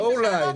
לא אולי.